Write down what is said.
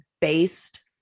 based